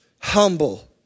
humble